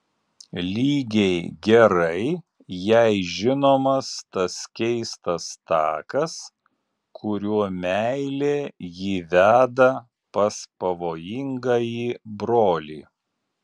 lygiai gerai jai žinomas tas keistas takas kuriuo meilė jį veda pas pavojingąjį brolį